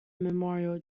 memorial